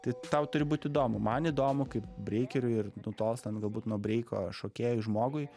tai tau turi būti įdomu man įdomu kaip breikerių ir nutolstant galbūt nuo breiko šokėjų žmogui